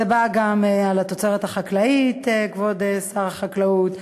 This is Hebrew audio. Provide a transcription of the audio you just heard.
גם על תוצרת חקלאית, כבוד שר החקלאות,